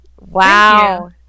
Wow